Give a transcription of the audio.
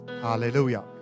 Hallelujah